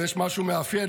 ויש משהו מאפיין,